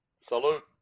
Salute